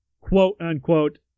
quote-unquote